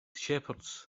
shepherds